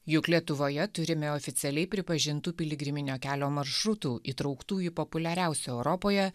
juk lietuvoje turime oficialiai pripažintų piligriminio kelio maršrutų įtrauktų į populiariausių europoje